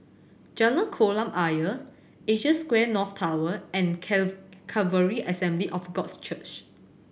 Jalan Kolam Ayer Asia Square North Tower and Calvary Assembly of God Church